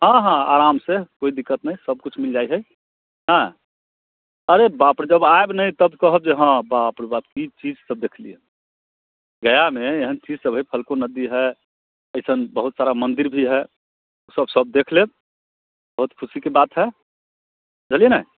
हँ हँ आराम से कोइ दिक्कत नहि सभ किछु मिल जाइ हय हँ अरे बाप रे जब आएब ने तब कहब जे हाँ बाप रे बाप की चीज सभ देखलियै गयामे एहन चीज सभ हय फल्गु नदी हय अइसन बहुत सारा मन्दिर भी हय सभ सभ देखि लेब बहुत खुशीके बात हय बुझलियै ने